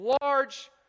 large